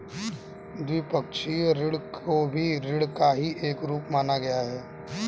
द्विपक्षीय ऋण को भी ऋण का ही एक रूप माना गया है